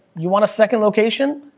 you want a second location,